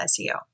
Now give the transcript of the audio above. SEO